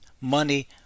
money